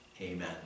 Amen